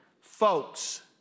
Folks